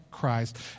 Christ